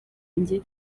njye